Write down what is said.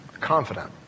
confident